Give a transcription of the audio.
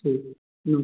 ठीक